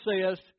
says